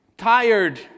Tired